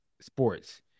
sports